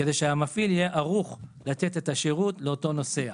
כדי שהמפעיל יהיה ערוך לתת את השירות לאותו נוסע.